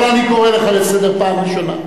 אבל אני קורא אותך לסדר פעם ראשונה.